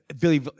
Billy